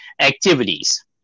activities